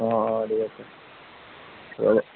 অঁ অঁ